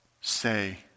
say